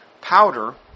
powder